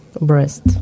breast